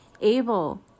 able